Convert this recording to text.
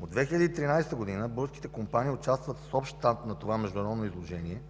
От 2013 г. българските компании участват с общ щанд на това международно изложение,